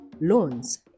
loans